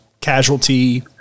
casualty